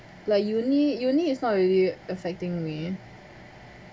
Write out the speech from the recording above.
like uni uni is not really affecting me